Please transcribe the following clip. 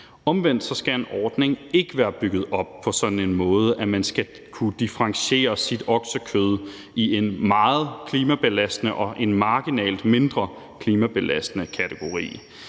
Omvendt skal en ordning ikke være bygget op på sådan en måde, at man skal kunne differentiere sit oksekød i en meget klimabelastende og en marginalt mindre klimabelastende kategori.